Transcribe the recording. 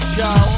Show